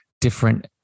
different